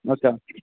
okay